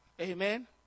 Amen